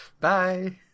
bye